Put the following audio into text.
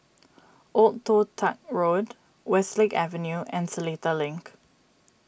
Old Toh Tuck Road Westlake Avenue and Seletar Link